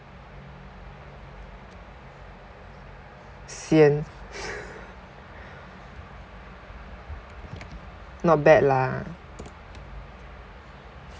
sian not bad lah